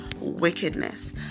wickedness